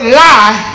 lie